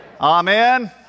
Amen